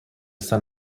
son